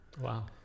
Wow